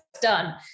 done